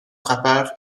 frappeur